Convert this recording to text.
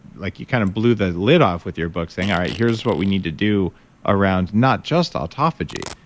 like you kind of blew the lid off with your book, saying all right, here's what we need to do around not just autophagy.